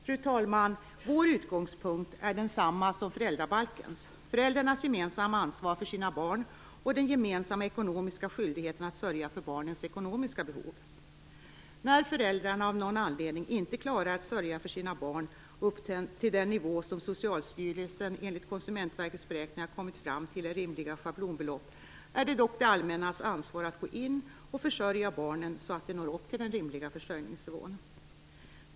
Fru talman! Vår utgångspunkt är densamma som föräldrabalkens, dvs. föräldrarnas gemensamma ansvar för sina barn och den gemensamma ekonomiska skyldigheten att sörja för barnens ekonomiska behov. När föräldrarna av någon anledning inte klarar att sörja för sina barn upp till den nivå som Socialstyrelsen enligt Konsumentverkets beräkningar har kommit fram till är rimliga schablonbelopp, är det dock det allmännas ansvar att gå in och försörja barnen så att de når upp till den rimliga försörjningsnivån.